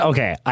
Okay